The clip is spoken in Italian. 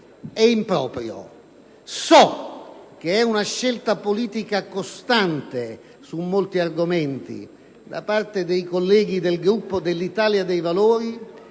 è improprio. So che è una scelta politica costante su molti argomenti da parte dei colleghi del Gruppo dell'Italia dei Valori,